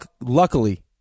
luckily